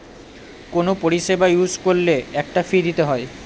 কোনো পরিষেবা ইউজ করলে একটা ফী দিতে হয়